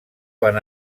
van